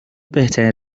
بهترین